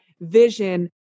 vision